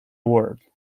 award